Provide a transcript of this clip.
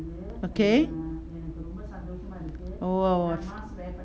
okay oh